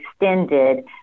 extended